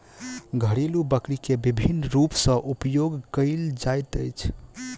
घरेलु बकरी के विभिन्न रूप सॅ उपयोग कयल जाइत अछि